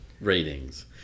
ratings